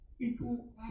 equal